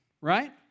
Right